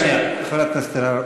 חברת הכנסת אלהרר,